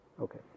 Okay